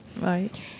right